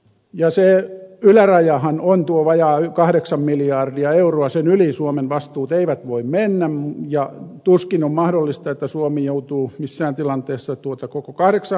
ja se ylärajahan ontuu vajaan kahdeksan miljardia euroa sen yhden suomen vastuut eivät voi mennä ja tuskin on mahdollista että suomi joutuu missään tilanteessa tuota koko kahdeksaa